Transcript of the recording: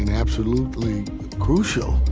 and absolutely crucial,